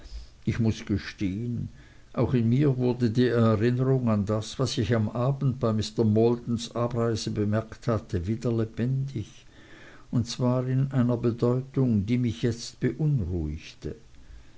ich muß gestehen auch in mir wurde die erinnerung an das was ich am abend bei mr maldons abreise bemerkt hatte wieder lebendig und zwar in einer bedeutung die mich jetzt beunruhigte